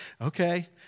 Okay